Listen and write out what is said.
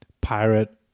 pirate